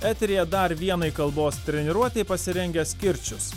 eteryje dar vienai kalbos treniruotei pasirengęs kirčius